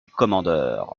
commandeur